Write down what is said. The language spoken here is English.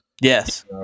Yes